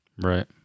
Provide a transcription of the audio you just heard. Right